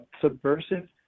subversive